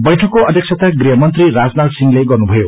बैठकको अध्यक्षता गृहमंत्री राजनाथ सिंहले गर्नुभयो